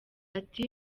ati